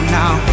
now